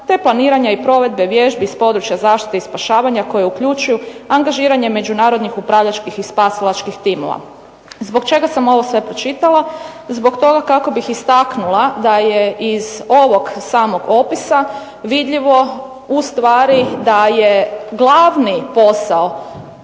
te planiranja i provedbe vježbi iz područja zaštite i spašavanja, koje uključuju angažiranje međunarodnih upravljačkih i spasilačkih timova. Zbog čega sam ovo sve pročitala? Zbog toga kako bih istaknula da je iz ovog samog opisa vidljivo ustvari da je glavni posao